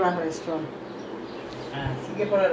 what happened ah last time they have singapura restaurant right